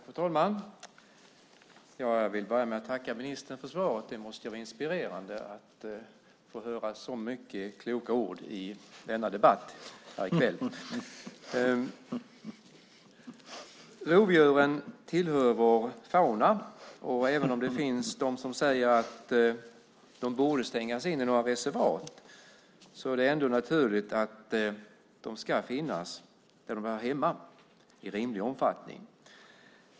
Fru talman! Jag vill börja med att tacka ministern för svaret. Det måste vara inspirerande att få höra så mycket kloka ord i denna debatt här i kväll. Rovdjuren tillhör vår fauna. Även om det finns de som säger att de borde stängas in i några reservat är det naturligt att de ska finnas där de hör hemma, i rimlig omfattning.